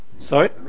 Sorry